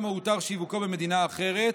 שיווקו במדינה אחרת.